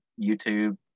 youtube